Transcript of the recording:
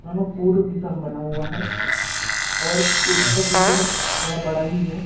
ma'am वो पूर्व दिशा में बना हुआ है और उसका किचन थोड़ा बड़ा ही है